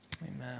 Amen